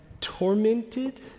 tormented